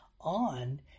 on